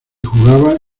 jugaba